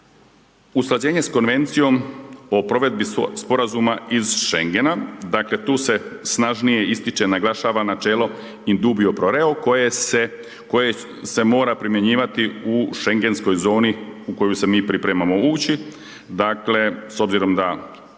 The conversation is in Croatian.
Usklađenje sa Konvencijom o provedbi sporazuma iz Schengena. Dakle tu se snažnije ističe i naglašava načelo in dubio pro reo koje se mora primjenjivati u schengenskoj zoni u koji se mi pripremamo ući, dakle s obzirom da